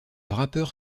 rappeur